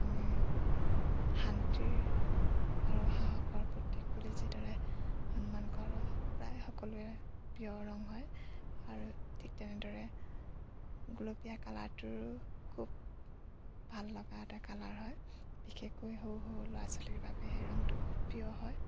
আমি শান্তিৰ আৰু সাহসৰ প্ৰতীক বুলি যিদৰে সন্মান কৰো প্ৰায় সকলোৰে প্ৰিয় ৰং হয় আৰু ঠিক তেনেদৰে গোলপীয়া কালাৰটোৰো খুব ভাল লগা এটা কালাৰ হয় বিশেষকৈ সৰু সৰু ল'ৰা ছোৱালীৰ বাবে সেই ৰংটো খুব প্ৰিয় হয়